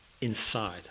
inside